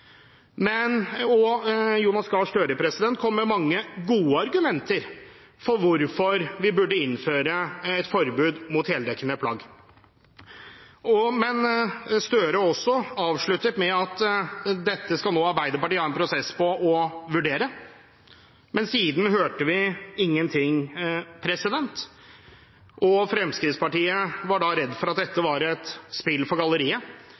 og Jonas Gahr Støre kom med mange gode argumenter for hvorfor vi burde innføre et forbud mot heldekkende plagg. Støre avsluttet også med at dette skulle Arbeiderpartiet ha en prosess på og vurdere, men siden hørte vi ingenting. Fremskrittspartiet var da redd for at dette var et spill for galleriet.